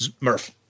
Murph